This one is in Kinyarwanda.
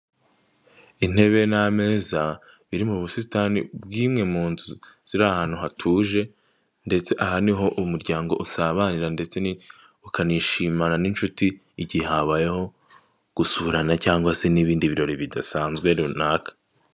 Intebe n'ameza, biri mu busitani bw'imwe mu nzu ziri ahantu hatuje ndetse aha niho umuryango usabanira ndetse ukanishimana n'inshuti, igihe habayeho gusurana cyangwa se n'ibindi birori bidasanzwe runaka.